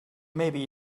maybe